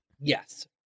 Yes